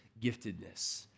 giftedness